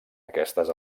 aquestes